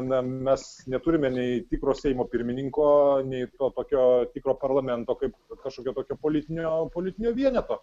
na mes neturime nei tikro seimo pirmininko nei to tokio tikro parlamento kaip kažkokio tokio politinio politinio vieneto